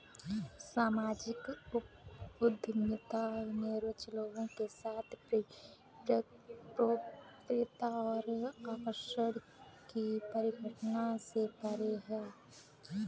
सामाजिक उद्यमिता में रुचि लोगों के साथ लोकप्रियता और आकर्षण की परिघटना से परे है